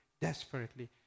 desperately